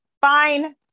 Fine